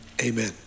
Amen